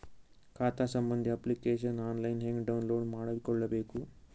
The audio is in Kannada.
ಖಾತಾ ಸಂಬಂಧಿ ಅಪ್ಲಿಕೇಶನ್ ಆನ್ಲೈನ್ ಹೆಂಗ್ ಡೌನ್ಲೋಡ್ ಮಾಡಿಕೊಳ್ಳಬೇಕು?